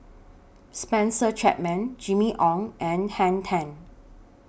Spencer Chapman Jimmy Ong and Henn Tan